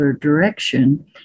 direction